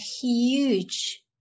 huge